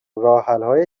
راهحلهای